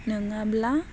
नोङाब्ला